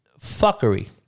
fuckery